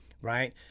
Right